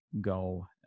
go